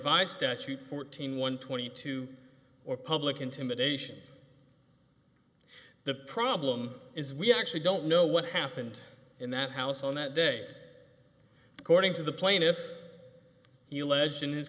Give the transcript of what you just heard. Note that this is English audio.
revised statute fourteen one twenty two or public intimidation the problem is we actually don't know what happened in that house on that day according to the plaintiff you legend his